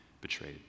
betrayed